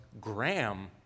Graham